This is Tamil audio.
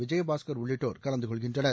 விஜயபாஸ்கர் உள்ளிட்டோர் கலந்து கொள்கின்றனர்